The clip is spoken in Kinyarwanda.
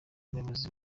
umuyobozi